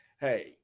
Hey